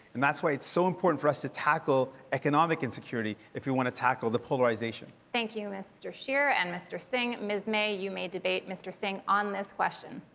and that's why it's so important for us to tackle economic and security if we want to tackle the polarization. althia thank you, mr. scheer and mr. singh. ms. may, you may debate mr. singh on this question.